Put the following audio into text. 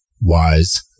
wise